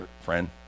friend